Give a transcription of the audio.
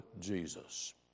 Jesus